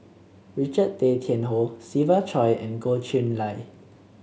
Richard Tay Tian Hoe Siva Choy and Goh Chiew Lye